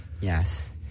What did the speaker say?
Yes